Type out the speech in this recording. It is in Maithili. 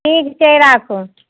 ठीक छै राखू